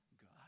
God